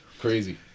Crazy